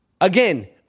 Again